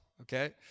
okay